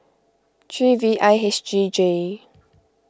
three V I H G J